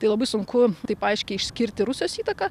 tai labai sunku taip aiškiai išskirti rusijos įtaką